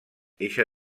eixa